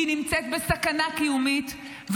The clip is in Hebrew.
היא נמצאת בסכנה קיומית,